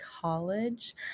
college